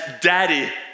daddy